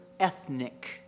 ethnic